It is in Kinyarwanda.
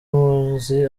muzi